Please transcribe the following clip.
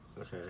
okay